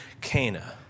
Cana